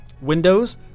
windows